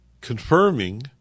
confirming